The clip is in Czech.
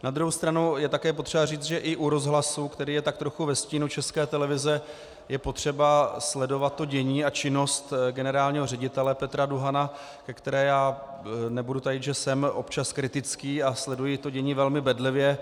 Na druhou stranu je také potřeba říct, že u Rozhlasu, který je trochu ve stínu České televize, je potřeba sledovat dění a činnost generálního ředitele Petra Duhana, kde nebudu tajit, že jsem občas kritický a dění sleduji velmi bedlivě.